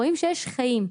רואים שיש חיים.